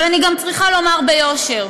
אבל אני גם צריכה לומר ביושר,